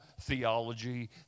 theology